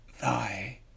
thy